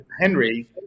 Henry